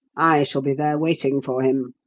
i shall be there waiting for him.